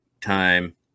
time